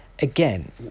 again